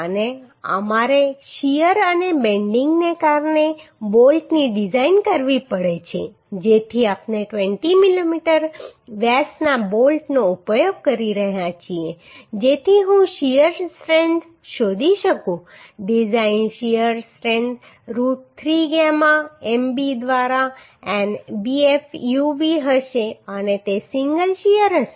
અને અમારે શીયર અને બેન્ડિંગને કારણે બોલ્ટની ડિઝાઈન કરવી પડે છે જેથી આપણે 20 મીમી વ્યાસના બોલ્ટનો ઉપયોગ કરી રહ્યા છીએ જેથી હું શીયર સ્ટ્રેન્થ શોધી શકું design shear strength root 3 gamma MB દ્વારા An BF ub હશે અને તે સિંગલ શીયર હશે